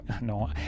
No